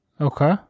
Okay